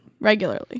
regularly